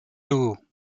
two